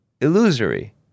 illusory